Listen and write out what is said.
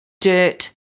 dirt